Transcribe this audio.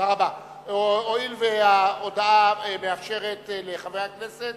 הואיל וההודעה מאפשרת לחברי הכנסת